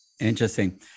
Interesting